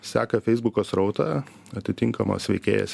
seka feisbuko srautą atitinkamas veikėjas